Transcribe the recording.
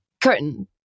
Curtain